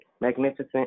Magnificent